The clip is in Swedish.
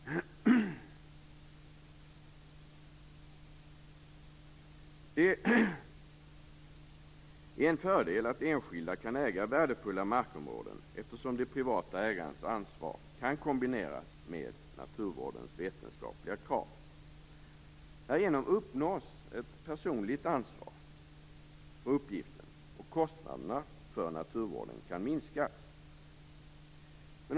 Det är en fördel att enskilda kan äga värdefulla markområden, eftersom det privata ägandets ansvar kan kombineras med naturvårdens vetenskapliga krav. Härigenom uppnås också ett personligt ansvar för uppgiften, och kostnaderna för naturvården kan minskas.